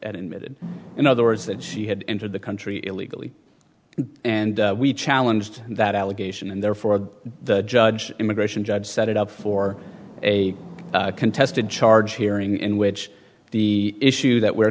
invaded in other words that she had entered the country illegally and we challenged that allegation and therefore the judge immigration judge set it up for a contested charge hearing in which the issue that we